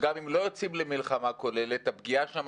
שגם אם לא יוצאים למלחמה כוללת הפגיעה שם